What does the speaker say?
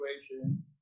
situation